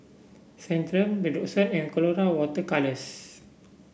Centrum Redoxon and Colora Water Colours